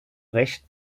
recht